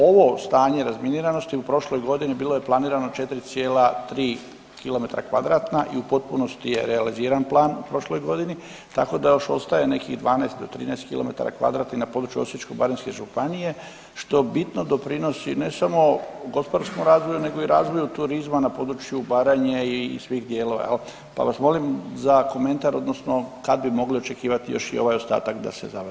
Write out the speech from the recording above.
Ovo stanje razminiranosti u prošloj godini bilo je planirano 4,3 km2 i u potpunosti je realiziran plan u prošloj godini, tako da još ostaje nekih 12 do 13 km2 na području Osječko-baranjske županije što bitno doprinosi ne samo gospodarskom razvoju nego i razvoju turizma na području Baranje i svih dijelova jel, pa vas molim za komentar odnosno kad bi mogli očekivati još i ovaj ostatak da se završi?